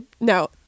no